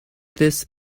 this